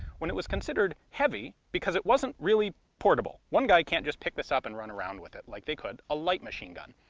when it was considered heavy because it wasn't really portable. one guy can't just pick this up and run around with it like they could a light machine gun.